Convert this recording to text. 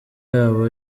yabo